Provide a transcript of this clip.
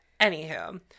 anywho